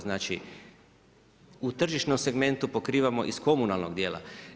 Znači u tržišnom segmentu pokrivamo iz komunalnog dijela.